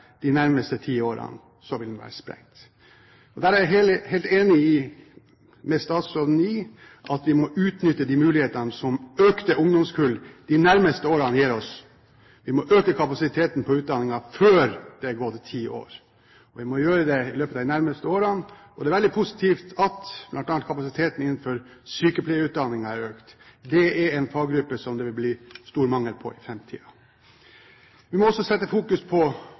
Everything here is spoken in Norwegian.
de nærmeste ti årene, og så vil den være sprengt. Jeg er helt enig med statsråden i at vi må utnytte den muligheten som økte ungdomskull de nærmeste årene gir oss. Vi må øke kapasiteten på utdanningen før det har gått ti år. Vi må gjøre det i løpet av de nærmeste årene, og det er veldig positivt at bl.a. kapasiteten innenfor sykepleierutdanningen har økt. Det er en faggruppe som det vil bli stor mangel på i framtiden. Vi må også sette fokus på